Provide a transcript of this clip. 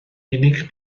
unig